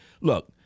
Look